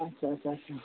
ᱟᱪᱪᱷᱟ ᱟᱪᱪᱷᱟ ᱟᱪᱪᱷᱟ